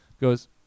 goes